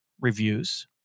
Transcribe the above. reviews